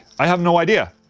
i have no idea,